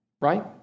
Right